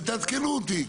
ותעדכנו אותי,